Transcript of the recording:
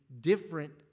different